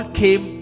came